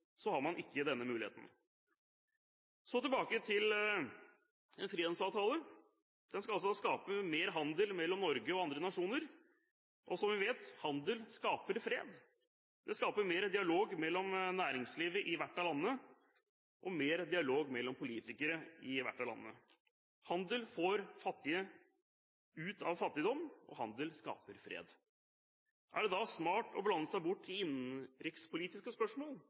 har man ikke denne muligheten. Så tilbake til spørsmålet om en frihandelsavtale: Den skal altså skape mer handel mellom Norge og andre nasjoner, og som vi vet: Handel skaper fred. Det skaper mer dialog mellom næringslivet i hvert av landene og mellom politikere i hvert av landene. Handel får fattige ut av fattigdom, og handel skaper fred. Er det da smart å blande seg bort i innenrikspolitiske spørsmål